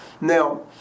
Now